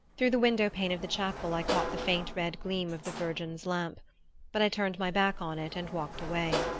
through the window-pane of the chapel i caught the faint red gleam of the virgin's lamp but i turned my back on it and walked away.